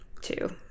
two